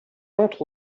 entre